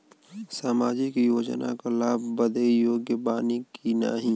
सामाजिक योजना क लाभ बदे योग्य बानी की नाही?